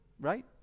right